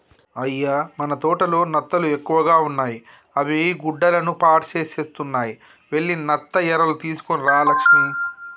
అయ్య మన తోటలో నత్తలు ఎక్కువగా ఉన్నాయి అవి గుడ్డలను పాడుసేస్తున్నాయి వెళ్లి నత్త ఎరలు తీసుకొని రా లక్ష్మి